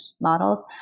models